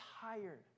tired